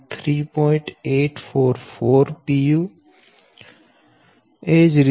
4 Rparallel 384